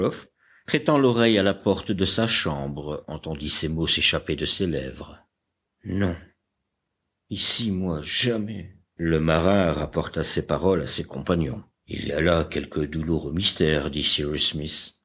prêtant l'oreille à la porte de sa chambre entendit ces mots s'échapper de ses lèvres non ici moi jamais le marin rapporta ces paroles à ses compagnons il y a là quelque douloureux mystère dit cyrus smith